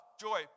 joy